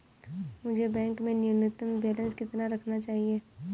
मुझे बैंक में न्यूनतम बैलेंस कितना रखना चाहिए?